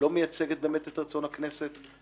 וקבוצת חברי כנסת.